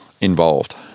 involved